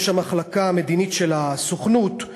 ראש המחלקה המדינית של הסוכנות,